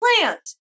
plant